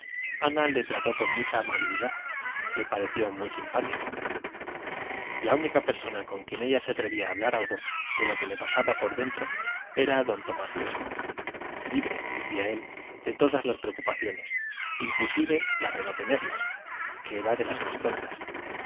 ana le trató con mucha amabilidad le pareció muy simpático la única persona con quien ella se atrevía a hablar algo de lo que le pasaba por dentro era don tomás crespo libre decía él de todas las preocupaciones inclusive la de no tenerlas que era de las más tontas